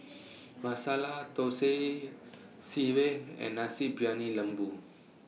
Masala Thosai Sireh and Nasi Briyani Lembu